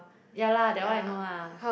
yeah lah that one I know lah